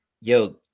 Yo